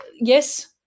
yes